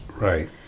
Right